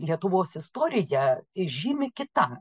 lietuvos istorija žymi kita